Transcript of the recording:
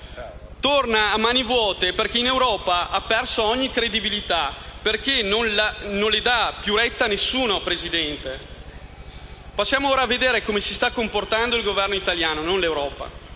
Torna a mani vuote perché in Europa ha perso ogni credibilità, perché non le dà più retta nessuno. Vediamo ora come si sta comportando il Governo italiano e non l'Europa.